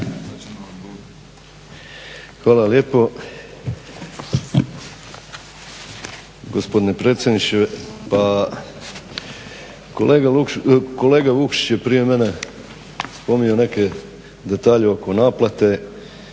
Hvala lijepo gospodine predsjedniče. Pa kolega Vukšić je prije mene spominjao neke detalje oko naplate.